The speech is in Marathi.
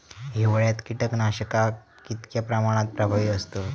हिवाळ्यात कीटकनाशका कीतक्या प्रमाणात प्रभावी असतत?